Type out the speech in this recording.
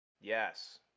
Yes